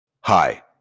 Hi